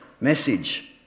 message